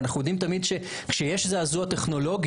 אבל אנחנו יודעים תמיד שכשיש זעזוע טכנולוגי,